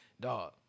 dog